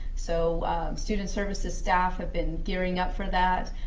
so student services staff have been gearing up for that.